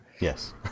Yes